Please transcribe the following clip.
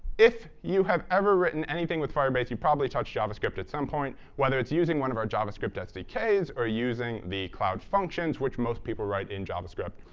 if you have ever written anything with firebase, you've probably touched javascript at some point, whether it's using one of our javascript sdks or using the cloud functions, which most people write in javascript.